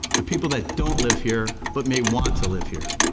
the people that don't live here, but may want to live here.